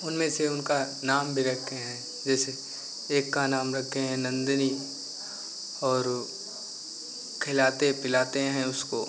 उनमें से उनका नाम भी रखे हैं जैसे एक का नाम रखे हैं नंदिनी और खिलाते पिलाते हैं उसको